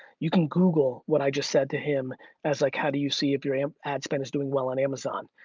you can google what i just said to him as like, how do you see if your and ad spend is doing well on amazon?